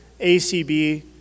ACB